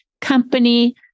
company